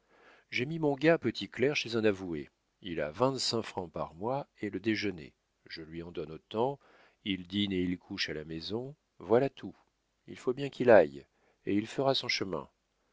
j'ai mis mon gars petit clerc chez un avoué il a vingt-cinq francs par mois et le déjeuner je lui en donne autant il dîne et il couche à la maison voilà tout il faut bien qu'il aille et il fera son chemin